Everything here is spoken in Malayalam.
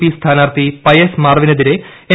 പി സ്ഥാനാർത്ഥിച്ച പയസ് മാർവിനെതിരെ എൻ